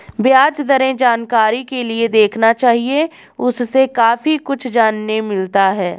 ब्याज दरें जानकारी के लिए देखना चाहिए, उससे काफी कुछ जानने मिलता है